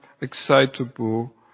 excitable